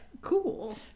Cool